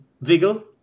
wiggle